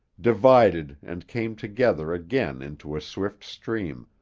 divided and came together again into a swift stream,